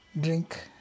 Drink